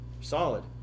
solid